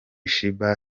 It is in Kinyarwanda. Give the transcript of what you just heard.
sheebah